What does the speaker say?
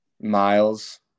Miles